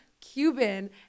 Cuban